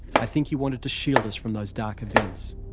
i think he wanted to shield us from those dark events.